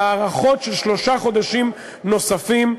להארכות של שלושה חודשים נוספים,